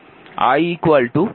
i v R1 R2